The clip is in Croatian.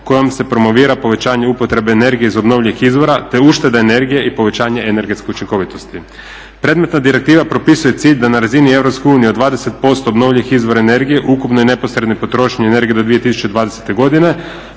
kojom se promovira povećanje upotrebe energije iz obnovljivih izvora, te uštede energije i povećanje energetske učinkovitosti. Predmetna direktiva propisuje cilj da na razini EU od 20% obnovljivih izvora energije ukupne neposredne potrošnje energije do 2020.godine